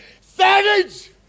savage